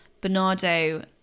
Bernardo